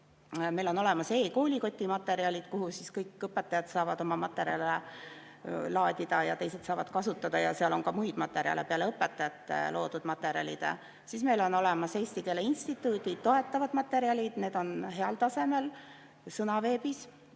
Meil on olemas e-koolikoti materjalid, kuhu kõik õpetajad saavad oma materjale laadida ja teised saavad kasutada, ja seal on ka muid materjale peale õpetajate loodud materjalide. Veel meil on olemas Eesti Keele Instituudi toetavad materjalid, need on heal tasemel Sõnaveebis.